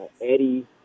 Eddie